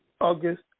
August